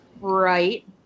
Right